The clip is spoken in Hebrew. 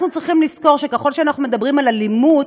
אנחנו צריכים לזכור שככל שאנחנו מדברים על אלימות,